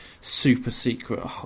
super-secret